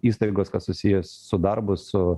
įstaigos kas susiję su darbu su